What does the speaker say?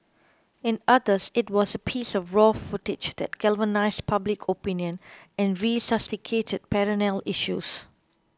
in others it was a piece of raw footage that galvanised public opinion and resuscitated perennial issues